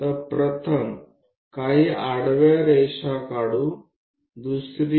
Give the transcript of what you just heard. તો ચાલો આપણે થોડી આડી લીટીઓ દોરીએ